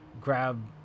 grab